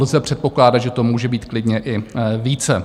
Lze předpokládat, že to může být klidně i více.